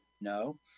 no